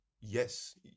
yes